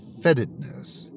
fetidness